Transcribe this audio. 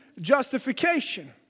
justification